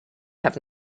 have